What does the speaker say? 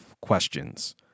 questions